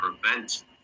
prevent